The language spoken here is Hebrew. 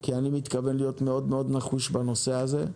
כי אני מתכוון להיות מאוד מאוד נחוש בנושא הזה.